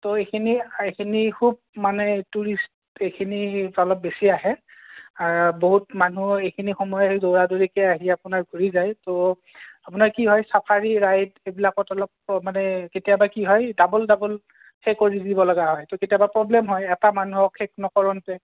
ত' এইখিনি এইখিনি খুব মানে টুৰিষ্ট এইখিনি কালত বেছি আহে আৰু বহুত মানুহ এইখিনি সময় দৌৰাদৌৰিকৈ আহি আপোনাৰ ভৰি যায় ত' আপোনাৰ কি হয় চাফাৰী ৰাইড এইবিলাকত অলপ প মানে কেতিয়াবা কি হয় ডাবোল ডাবোল সেই কৰি দিবলগা হয় ত' কেতিয়াবা প্ৰবলেম হয় এটা মানুহক শেষ নকৰাওঁতেই